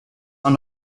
are